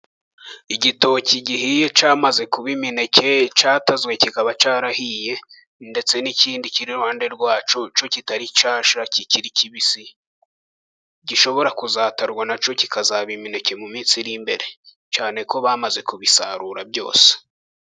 Igitoki gihiye cyamaze kuba imineke, cyatazwe kikaba cyarahiye ndetse n'ikindi kiri iruhande rwacyo, cyo kitari cyashya kikiri kibisi gishobora kuzatarwa, nacyoba ki kazaba imineke mu minsi iri imbere, cyane ko bamaze kubisarura byose.